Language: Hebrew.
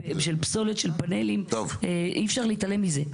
של פסולת של פנלים, אי-אפשר להתעלם מזה.